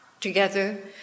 together